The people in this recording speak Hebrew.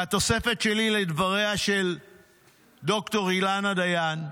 והתוספת שלי לדבריה של ד"ר אילנה דיין,